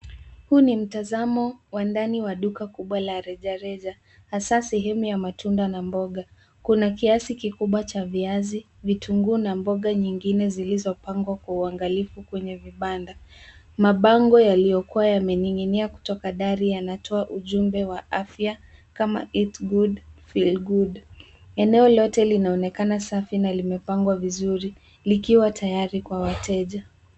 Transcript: Huu ni mtazamo wa ndani wa duka kubwa la rejareja hasa sehemu ya matunda na mboga. Kuna kiasi kikubwa cha viazi, vitunguu na mboga nyingine zilizopangwa kwa uangalifu kwenye vibanda. Mabango yaliyokuwa yananing'inia kutoka dari yanatoa ujumbe wa afya kama eat good feel good . Eneo lote linaonekana safi na limepangwa vizuri likiwa tayari kwa wateja.